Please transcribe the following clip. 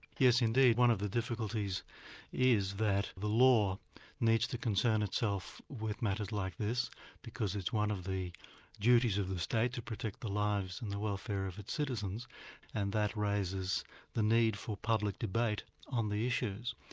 yes indeed, one of the difficulties is that the law needs to concern itself with matters like this because it's one of the duties of the state to protect the lives and the welfare if its citizens and that raises the need for public debate on the issues.